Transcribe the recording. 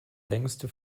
längste